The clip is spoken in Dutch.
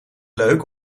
leuk